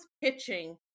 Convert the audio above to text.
pitching